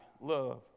Love